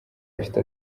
ifite